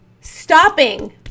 stopping